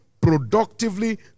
productively